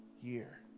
year